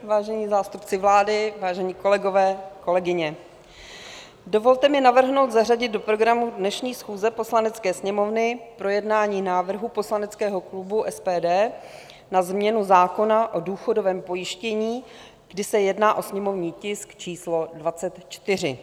Vážení zástupci vlády, vážení kolegové, kolegyně, dovolte mi navrhnout zařadit do programu dnešní schůze Poslanecké sněmovny projednání návrhu poslaneckého klubu SPD na změnu zákona o důchodovém pojištění, kdy se jedná o sněmovní tisk číslo 24.